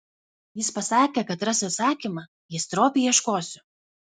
jis pasakė kad rasiu atsakymą jei stropiai ieškosiu